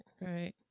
right